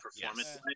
performance